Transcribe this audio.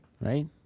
Right